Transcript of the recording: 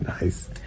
nice